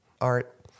art